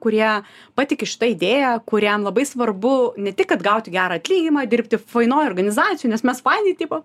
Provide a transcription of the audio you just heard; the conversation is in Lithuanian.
kurie patiki šita idėja kuriam labai svarbu ne tik kad atgauti gerą atlyginimą dirbti fainoj organizacijoj nes mes faini tipo